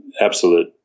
absolute